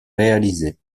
réalisé